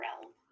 realm